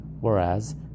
Whereas